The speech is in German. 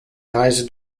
reise